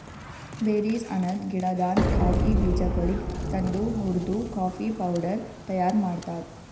berries ಅನದ್ ಗಿಡದಾಂದ್ coffee ಬೀಜಗೊಳಿಗ್ ತಂದು ಹುರ್ದು ಕಾಫಿ ಪೌಡರ್ ತೈಯಾರ್ ಮಾಡ್ತಾರ್